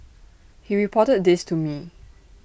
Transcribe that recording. he reported this to me